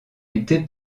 été